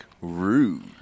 Rude